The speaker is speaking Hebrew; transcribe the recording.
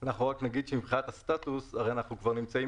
נגיד רק שמבחינת הסטטוס הרי אנחנו כבר נמצאים